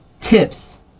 tips